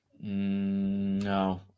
No